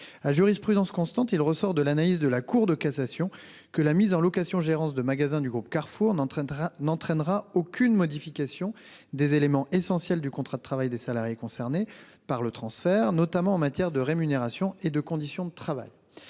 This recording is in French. À jurisprudence constante, il ressort de l'analyse de la Cour de cassation que la mise en location-gérance de magasins du groupe Carrefour n'entraînera aucune modification des éléments essentiels du contrat de travail des salariés concernés par le transfert, notamment en matière de rémunération et de conditions de travail.